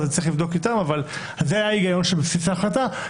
אבל זה היה ההיגיון שבבסיס ההחלטה,